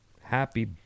happy